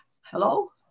Hello